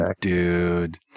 Dude